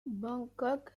bangkok